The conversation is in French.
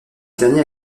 dernier